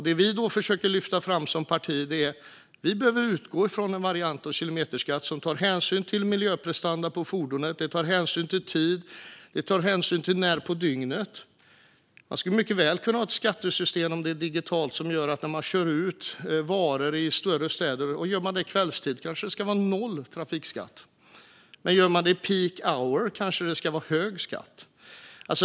Det vi försöker lyfta fram som parti är att vi behöver utgå från en variant av kilometerskatt som tar hänsyn till miljöprestanda på fordonet. Det systemet ska ta hänsyn till tid och när på dygnet fordonet används. Jag skulle mycket väl kunna tänka mig att ha ett skattesystem som är digitalt och som gör att när man kör ut varor i större städer på kvällstid ska trafikskatten kanske vara noll. Men om gör man det under peak hour kanske det ska vara hög skatt.